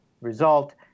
result